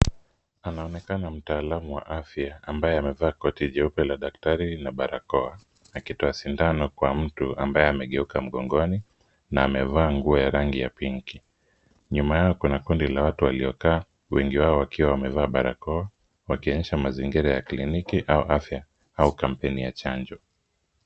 Anaonekana mtaalam wa afya ambaye Amevaa koti jeupe la daktari na barakoa akitoa sindano kwa mtu ambaye amegeuka mgongoni na amevaa nguo ya rangi ya pink .Nyuma yao kuna kundi la watu waliokaa wengi wao wakiwa wamevaa barakoa wakionyesha mazingira ya kliniki au afya au kampeni ya chanjo.